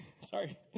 sorry